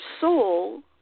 soul